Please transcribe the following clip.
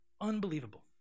Unbelievable